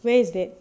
where is that